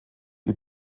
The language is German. die